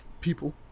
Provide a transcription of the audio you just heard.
People